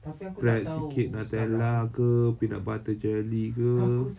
spread sikit nutella ke peanut butter jelly ke